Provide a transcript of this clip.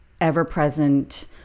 ever-present